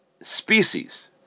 species